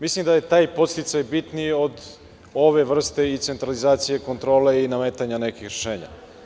Mislim da je taj podsticaj bitniji od ove vrste i centralizacije kontrole i nametanja nekih rešenja.